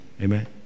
Amen